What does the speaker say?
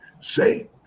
Say